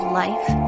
life